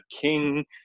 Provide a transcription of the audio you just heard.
king